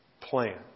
plan